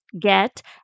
get